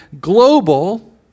global